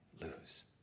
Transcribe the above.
lose